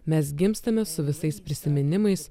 mes gimstame su visais prisiminimais